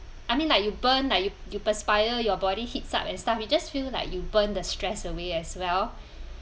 I mean like you burn like you you perspire your body heats up and stuff you just feel like you burn the stress away as well